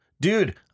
dude